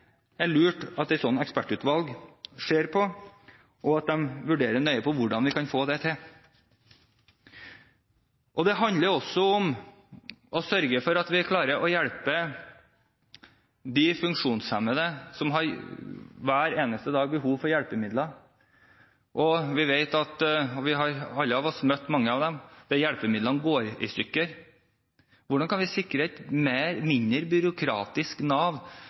lurt at et sånt ekspertutvalg ser på, og at de vurderer nøye hvordan vi kan få det til. Det handler også om å sørge for at vi klarer å hjelpe de funksjonshemmede som hver eneste dag har behov for hjelpemidler. Vi har alle av oss møtt mange av dem, der hjelpemidlene går i stykker. Hvordan kan vi sikre et mindre byråkratisk Nav